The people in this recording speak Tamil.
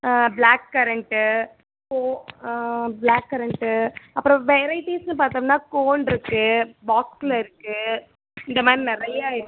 block currant so black currant அப்புறம் வெரைட்டிஸுன்னு பார்த்தோம்னா கோன் இருக்கு பாக்ஸில் இருக்கு இந்தமாதிரி நிறையா இருக்கு